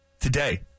today